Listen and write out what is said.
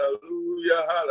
hallelujah